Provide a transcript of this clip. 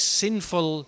sinful